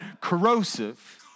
corrosive